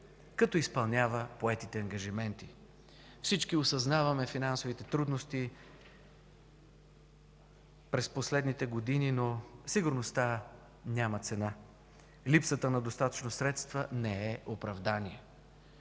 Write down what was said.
като изпълнява поетите ангажименти. Всички осъзнаваме финансовите трудности през последните години, но сигурността няма цена. Липсата на достатъчно средства не е оправдание.